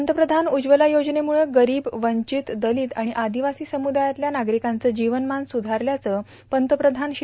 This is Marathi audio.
पंतप्रधान उज्जवला योजनेमुळं गरीब वंचित दलित आणि आदिवासी समुदायातल्या नागरिकांच जीवनमान सुधारल्याचं पंतप्रधान श्री